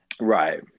Right